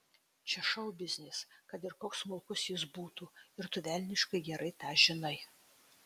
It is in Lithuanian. čia šou biznis kad ir koks smulkus jis būtų ir tu velniškai gerai tą žinai